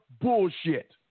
Bullshit